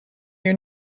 your